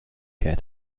care